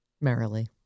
Merrily